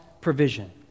provision